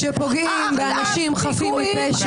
שפוגעים באנשים חפים מפשע.